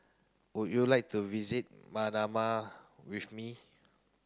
would you like to visit Manama with me